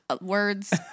words